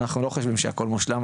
אנחנו לא חושבים שהכל מושלם,